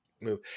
move